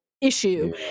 issue